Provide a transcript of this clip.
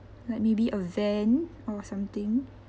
like maybe a van or something